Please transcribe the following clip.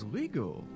legal